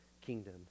kingdom